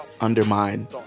undermine